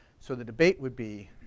so the debate would be,